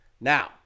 Now